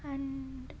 and